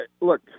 look